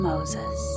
Moses